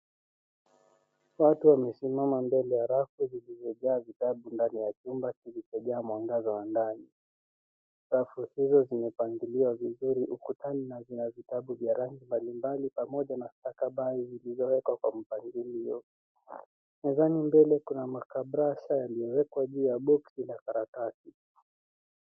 Watu wamesimama mbele ya rafu zilizojaa vitabu ndani ya chumba zilizojaa mwangaza wa ndani. Rafu hizo zimepangiliwa vizuri ukutani na sina vitabu vya rangi mbalimbali pamoja na stakabadhi zinazaowekwa kwa mpangilio. Mezani mbele kuna makabrasa yaliyowekwa juu ya boxi la karatasi.